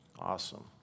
Awesome